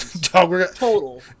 Total